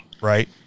right